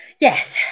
Yes